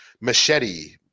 Machete